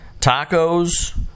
Tacos